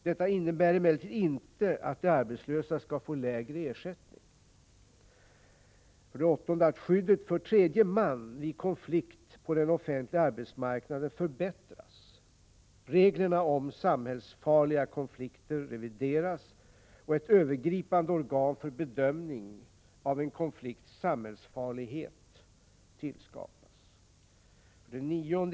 Detta innebär emellertid inte att de arbetslösa skall få lägre ersättning. 8. Skyddet för tredje man vid konflikt på den offentliga arbetsmarknaden förbättras. Reglerna om samhällsfarliga konflikter revideras och ett övergripande organ för bedömning av en konflikts samhällsfarlighet tillskapas. 9.